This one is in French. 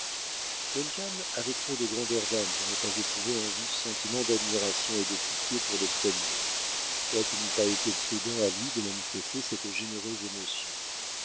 terreur duncan avait trop de grandeur d'âme pour ne pas éprouver un vif sentiment d'admiration et de pitié pour le premier quoiqu'il n'eût pas été prudent à lui de manifester cette généreuse émotion